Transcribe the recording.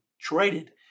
traded